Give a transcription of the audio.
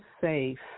safe